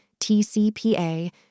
TCPA